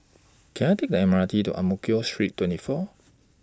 Can I Take The M R T to Ang Mo Kio Street twenty four